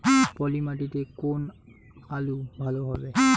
পলি মাটিতে কোন আলু ভালো হবে?